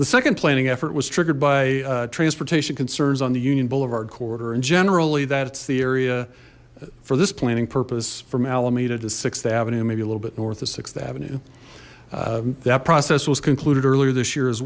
the second planning effort was triggered by transportation concerns on the union boulevard corridor and generally that's the area for this planning purpose from alameda to th avenue maybe a little bit north of th avenue that process was concluded earlier this year as